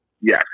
Yes